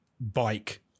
bike